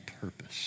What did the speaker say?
purpose